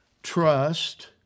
Trust